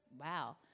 wow